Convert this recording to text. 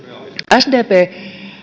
sdpn